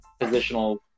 positional